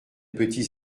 petits